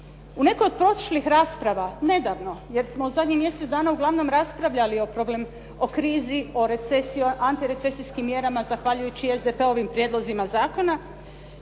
U nekoj od prošlih rasprava, nedavno, jer smo u zadnjih mjesec dana uglavnom raspravljali o krizi, o recesiji, o antirecesijskim mjerama zahvaljujući SDP-ovim prijedlozima zakona.